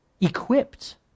Equipped